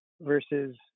versus